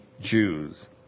Jews